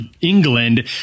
England